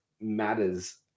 matters